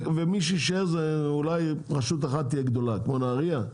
ומי שיישאר זה אולי רשות אחת תהיה גדולה כמו נהריה,